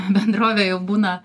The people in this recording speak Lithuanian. bendrovė jau būna